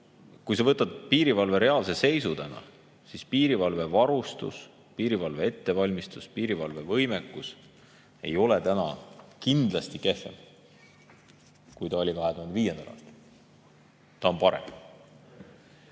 sa võtad piirivalve reaalse seisu täna, siis piirivalve varustus, piirivalve ettevalmistus, piirivalve võimekus ei ole täna kindlasti kehvem, kui see oli 2005. aastal. See on parem.